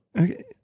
Okay